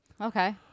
okay